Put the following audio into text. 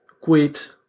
quit